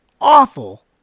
awful